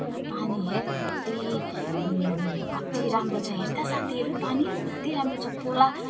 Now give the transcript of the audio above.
ऊ पानी हेर कति कति राम्रो छ हेर त साथीहरू पानी कत्ति राम्रो छ खोला